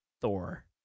Thor